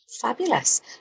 Fabulous